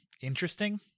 interesting